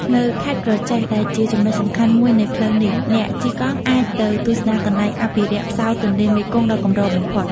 នៅខេត្តក្រចេះ ដែលជាចំណុចសំខាន់មួយនៃផ្លូវនេះ អ្នកជិះកង់អាចទៅទស្សនាកន្លែងអភិរក្សផ្សោតទន្លេមេគង្គដ៏កម្របំផុត។